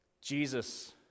Jesus